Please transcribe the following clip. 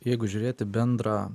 jeigu žiūrėti bendrą